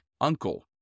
Uncle